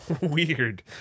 weird